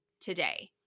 today